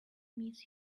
miss